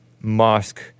mosque